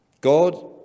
God